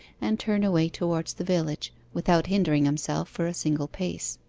and turn away towards the village, without hindering himself for a single pace.